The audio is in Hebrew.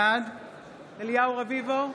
בעד אליהו רביבו,